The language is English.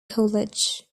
college